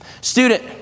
Student